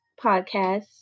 podcast